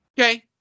Okay